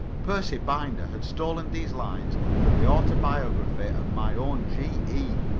percy binder had stolen these lines from the autobiography of my own g e.